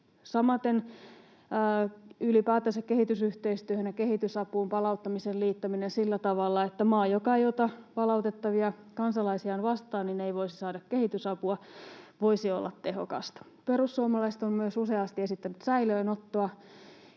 palauttamisen liittäminen kehitysyhteistyöhön ja kehitysapuun sillä tavalla, että maa, joka ei ota palautettavia kansalaisiaan vastaan, ei voisi saada kehitysapua, voisi olla tehokasta. Perussuomalaiset ovat myös useasti esittäneet säilöönottoa,